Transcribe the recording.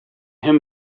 him